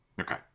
Okay